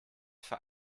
für